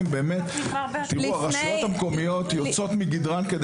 הרשויות המקומיות יוצאות מגדרן.